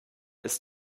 ist